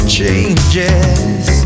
changes